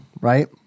right